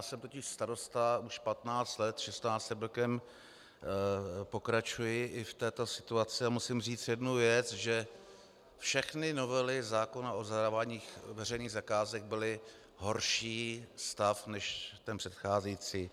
Jsem totiž starosta už 15 let, 16. rokem pokračuji i v této situaci a musím říct jednu věc že všechny novely zákona o zadávání veřejných zakázek byly horší stav než ten předcházející.